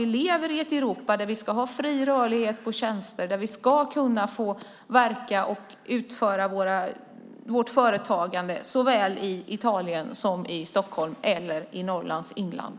Vi lever ju i ett Europa där vi ska ha fri rörlighet för tjänster och kunna verka och utföra vårt företagande i Italien såväl som i Stockholm eller i Norrlands inland.